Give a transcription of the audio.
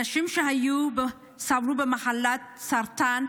אנשים שסבלו ממחלת הסרטן,